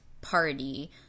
party